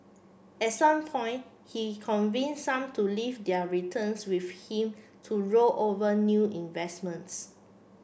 at some point he convinced some to leave their returns with him to roll over new investments